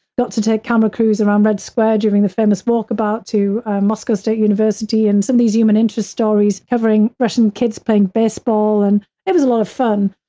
got to take camera crews around red square during the famous book about to moscow state university in some of these human-interest stories covering russian kids playing baseball and it was a lot of fun.